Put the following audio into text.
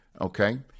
okay